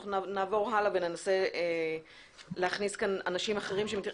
אנחנו נעבור הלאה וננסה להכניס לכאן אנשים אחרים.